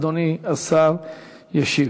אדוני השר ישיב.